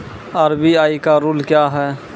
RBI का rule क्या हैं?